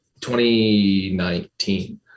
2019